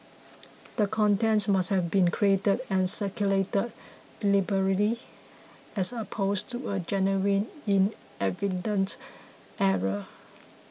the contents must have been created and circulated deliberately as opposed to a genuine inadvertent error